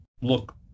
look